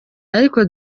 ariko